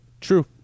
True